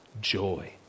joy